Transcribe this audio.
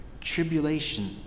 Tribulation